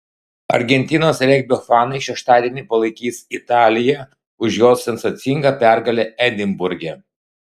argentinos regbio fanai šeštadienį palaikys italiją už jos sensacingą pergalę edinburge